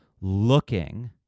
looking